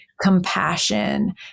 compassion